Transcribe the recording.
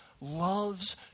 loves